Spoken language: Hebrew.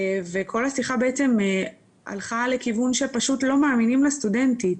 וכל השיחה הלכה לכיוון שפשוט לא מאמינים לסטודנטית,